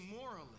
morally